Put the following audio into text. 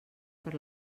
per